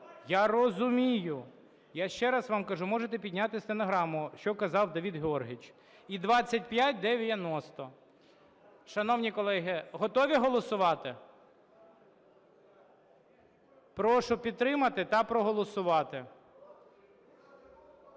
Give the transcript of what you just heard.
Я розумію, я ще раз вам кажу, можете підняти стенограму, що казав Давид Георгійович. І 2590. Шановні колеги, готові голосувати? Прошу підтримати та проголосувати.